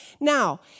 Now